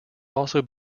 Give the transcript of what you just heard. also